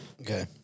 Okay